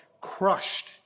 crushed